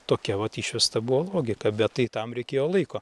tokia vat išvesta buvo logika bet tai tam reikėjo laiko